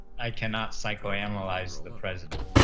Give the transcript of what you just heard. i cannot psychoanalyze the president,